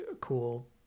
cool